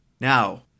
Now